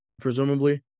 presumably